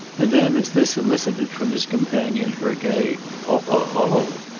and then as this elicited from his companion her gay oh, oh,